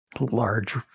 large